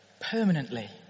permanently